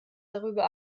darüber